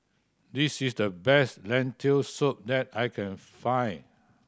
this is the best Lentil Soup that I can find